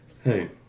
hey